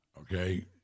Okay